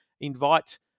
invite